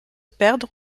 perdre